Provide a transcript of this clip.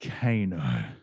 kano